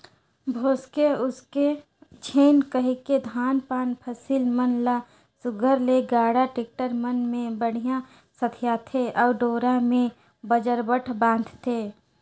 भोसके उसके झिन कहिके धान पान फसिल मन ल सुग्घर ले गाड़ा, टेक्टर मन मे बड़िहा सथियाथे अउ डोरा मे बजरबट बांधथे